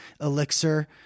elixir